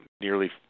nearly